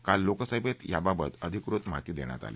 काल लोकसभेत याबाबत अधिकृत माहिती देण्यात आली